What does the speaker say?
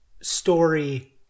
story